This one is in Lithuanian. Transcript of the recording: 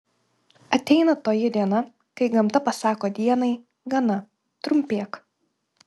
ateina toji diena kai gamta pasako dienai gana trumpėk